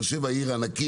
באר שבע היא עיר ענקית,